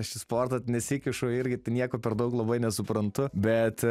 aš į sportą nesikišu irgi nieko per daug labai nesuprantu bet